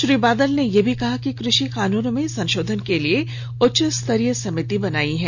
श्री बादल ने यह भी कहा कि कृषि कानूनो में संशोधन के लिए उच्चस्तरीय समिति बनाई गई है